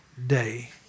day